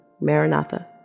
Maranatha